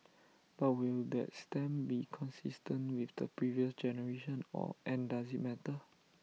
but will that stamp be consistent with the previous generation or and does IT matter